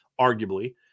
arguably